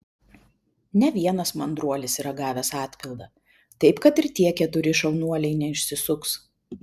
ne vienas mandruolis yra gavęs atpildą taip kad ir tie keturi šaunuoliai neišsisuks